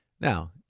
Now